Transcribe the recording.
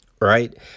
right